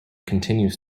continues